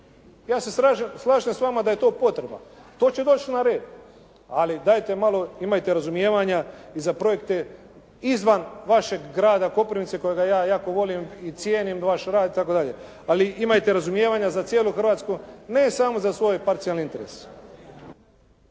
Ja se slažem s vama da je ovo potreba. To će doći na red. Ali dajte malo imajte razumijevanja i za projekte izvan vašeg grada Koprivnice kojega ja jako volim i cijenim vaš rad itd. ali imajte razumijevanja za cijelu Hrvatsku ne samo za svoj parcijalni interes.